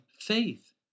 faith